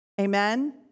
Amen